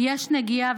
יש נגיעה,